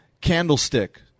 candlestick